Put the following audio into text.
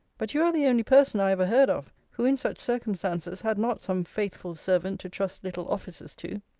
but you are the only person i ever heard of, who in such circumstances had not some faithful servant to trust little offices to.